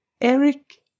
Eric